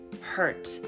hurt